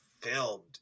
filmed